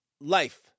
life